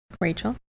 Rachel